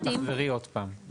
רגע, תחזרי עוד פעם.